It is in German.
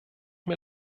mir